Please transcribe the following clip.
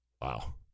wow